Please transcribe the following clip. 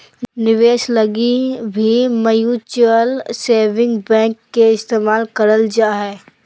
निवेश लगी भी म्युचुअल सेविंग बैंक के इस्तेमाल करल जा हय